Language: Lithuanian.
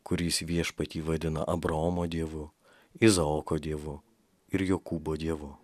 kuris viešpatį vadina abraomo dievu izaoko dievu ir jokūbo dievu